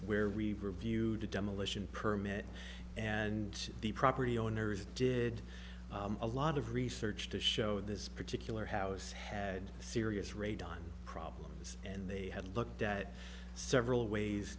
where we reviewed the demolition permit and the property owners did a lot of research to show this particular house had serious radon problems and they had looked at several ways